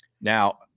Now